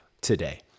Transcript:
today